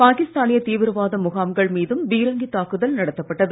பாகிஸ்தானிய தீவிரவாத முகாம்கள் மீதும் பீரங்கி தாக்குதல் நடத்தப்பட்டது